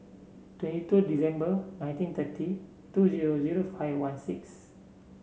twenty two December nineteen thirty two zero zero five one six